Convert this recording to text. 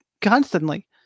constantly